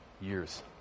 Years